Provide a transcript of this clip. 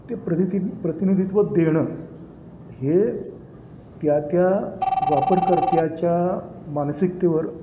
ते प्रदिति प्रतिनिधित्व देणं हे त्या त्या वापरकर्त्याच्या मानसिकतेवर